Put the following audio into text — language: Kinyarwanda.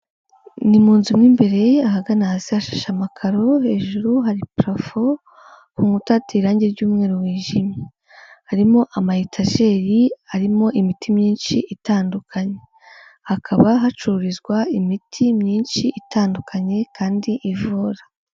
Ni mu inzu mo imbere. Ahagana hasi hashashe amakaro, hejuru hari purafo, ku nkuta hateye irangi ry'umweru wijimye. Harimo amayetajeri arimo imiti myinshi itandukanye, hakaba hacururizwa imiti myinshi itandukanye kandi ivura.